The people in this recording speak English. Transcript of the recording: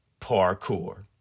parkour